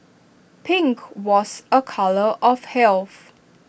pink was A colour of health